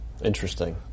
Interesting